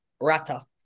Rata